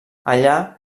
allà